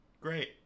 Great